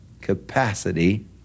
capacity